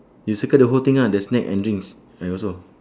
you circle the whole thing ah the snack and drinks I also